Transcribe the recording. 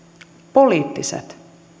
poliittiset